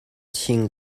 thing